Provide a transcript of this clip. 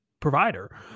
provider